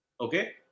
Okay